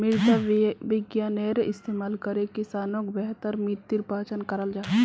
मृदा विग्यानेर इस्तेमाल करे किसानोक बेहतर मित्तिर पहचान कराल जाहा